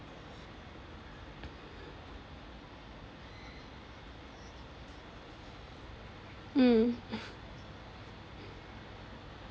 mm